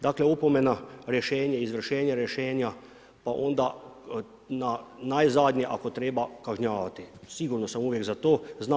Dakle opomena, rješenje, izvršenje rješenja pa onda najzadnje ako treba kažnjavati, sigurno sam uvijek za to.